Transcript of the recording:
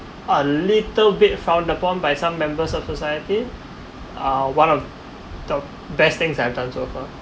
a little bit found upon by some members of society uh one of the best things I've done so far